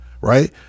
right